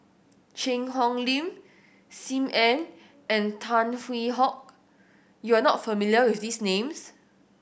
Cheang Hong Lim Sim Ann and Tan Hwee Hock you are not familiar with these names